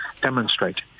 demonstrate